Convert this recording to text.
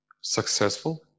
successful